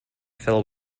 fell